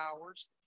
hours